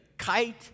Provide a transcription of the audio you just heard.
kite